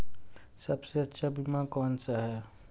सबसे अच्छा बीमा कौन सा है?